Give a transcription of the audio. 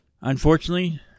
Unfortunately